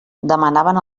demanaven